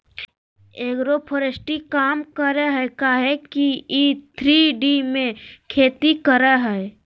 agroforestry काम करेय हइ काहे कि इ थ्री डी में खेती करेय हइ